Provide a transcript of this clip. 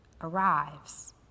arrives